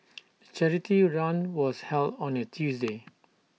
the charity run was held on A Tuesday